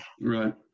Right